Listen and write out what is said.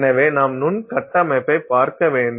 எனவே நாம் நுண் கட்டமைப்பைப் பார்க்க வேண்டும்